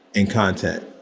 in content,